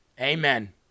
Amen